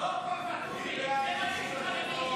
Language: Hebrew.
זה מה שיש לך להגיד